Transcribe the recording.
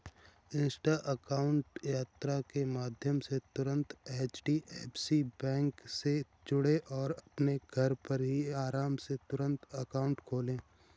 Insta account यात्रा के माध्यम से तुरंत एच.डी.एफ.सी बैंक से जुड़ें और अपने घर पर ही आराम से तुरंत अकाउंट खोले